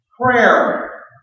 prayer